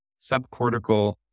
subcortical